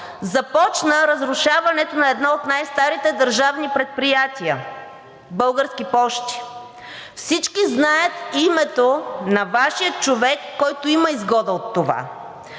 Започна разрушаването на едно от най-старите държавни предприятия – „Български пощи“. Всички знаят името на Вашия човек, който има изгода от това.